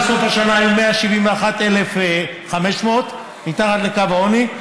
בסוף השנה היו 171,500 מתחת לקו העוני,